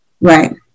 Right